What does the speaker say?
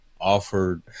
offered